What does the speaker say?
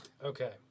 Okay